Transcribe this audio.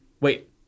Wait